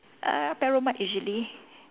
err perromart usually